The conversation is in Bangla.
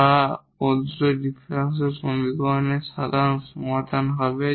যা প্রদত্ত ডিফারেনশিয়াল সমীকরণের সাধারণ সমাধান হবে